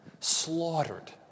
slaughtered